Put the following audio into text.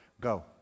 go